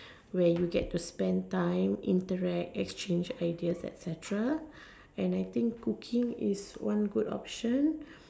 where you get to spend time interact exchange ideas etcetera and I think cooking is one good option